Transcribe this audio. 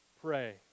pray